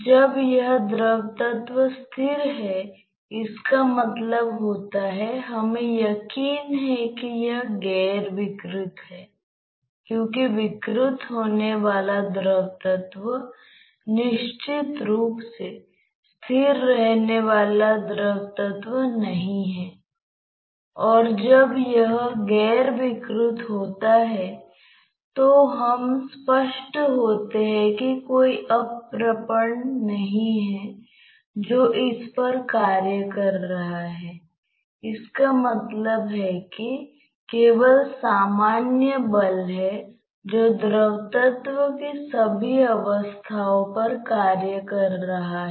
तो यह संभव है कि आप छिद्रपूर्ण प्लेट के माध्यम से हवा उड़ाते हैं जो चिप में जाता है और इसे ठंडा रखने की कोशिश करता है